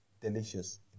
delicious